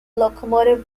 locomotive